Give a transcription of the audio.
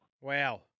Wow